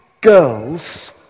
girls